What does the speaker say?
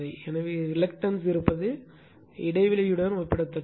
எனவே ரிலக்டன்ஸ் இருப்பது இடைவெளியுடன் ஒப்பிடத்தக்கது